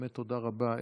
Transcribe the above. תודה רבה,